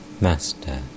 Master